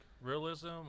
realism